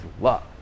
love